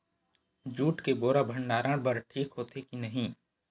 Jute के बोरा भंडारण बर ठीक होथे के नहीं?